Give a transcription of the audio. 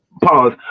Pause